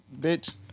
bitch